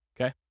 okay